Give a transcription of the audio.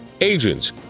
agents